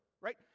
Right